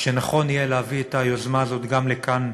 שנכון יהיה להביא את היוזמה הזאת גם לכאן,